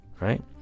right